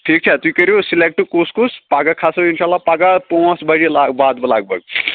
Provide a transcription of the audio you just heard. ٹھیک چھا تُہۍ کٔرِو سِلیٚکٹ کُس کُس پگہہ کھسو انشا اللہ پگہہ پانژھ بجے واتہٕ بہٕ لگ بگ